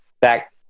back